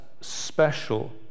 special